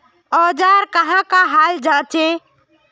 औजार कहाँ का हाल जांचें?